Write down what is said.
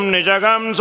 Nijagam